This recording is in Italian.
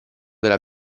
della